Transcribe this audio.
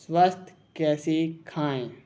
स्वस्थ कैसे खाएँ